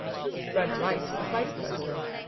fred wright vice-president,